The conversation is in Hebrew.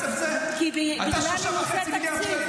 זה מתייחס לסוציו, זה לא מתייחס לסוציו.